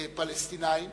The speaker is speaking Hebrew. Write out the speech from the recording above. פלסטינים.